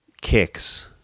kicks